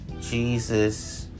Jesus